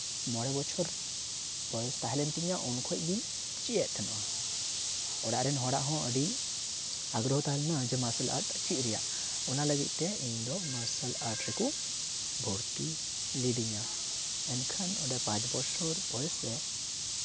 ᱢᱚᱬᱮ ᱵᱚᱪᱷᱚᱨ ᱵᱚᱭᱮᱥ ᱛᱟᱦᱮᱸ ᱞᱮᱱ ᱛᱤᱧᱟ ᱩᱱ ᱠᱷᱚᱡ ᱜᱮ ᱪᱮᱫ ᱮᱜ ᱛᱟᱦᱮᱱᱟ ᱚᱲᱟᱜ ᱨᱮᱱ ᱦᱚᱲ ᱦᱚᱸ ᱟᱹᱰᱤ ᱟᱜᱽᱨᱚᱦᱚᱸ ᱛᱟᱦᱮᱸ ᱞᱮᱱᱟ ᱢᱟᱨᱥᱟᱞ ᱟᱨᱴ ᱪᱮᱫ ᱨᱮᱭᱟᱜ ᱚᱱᱟ ᱞᱟᱹᱜᱤᱫ ᱛᱮ ᱤᱧᱫᱚ ᱢᱟᱨᱥᱟᱞ ᱟᱨᱴ ᱨᱮᱠᱚ ᱵᱷᱚᱨᱛᱤ ᱠᱤᱫᱤᱧᱟ ᱮᱱᱠᱷᱟᱱ ᱚᱸᱰᱮ ᱯᱟᱸᱪ ᱵᱚᱪᱷᱚᱨ ᱵᱚᱭᱮᱥ ᱨᱮ